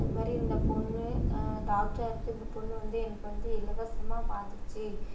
இதுமாதிரி இந்த பொண்ணு டாக்டராக இருக்குது இந்த பொண்ணு வந்து எனக்கு வந்து இலவசமாக பார்த்துச்சி